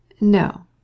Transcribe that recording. No